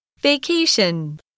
Vacation